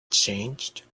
changed